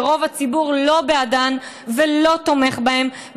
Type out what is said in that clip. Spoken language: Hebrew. שרוב הציבור לא בעדן ולא תומך בהן,